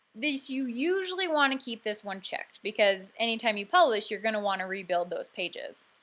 this you usually want to keep this one checked because anytime you publish your going to want to rebuild those pages.